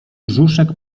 brzuszek